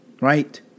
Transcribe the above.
right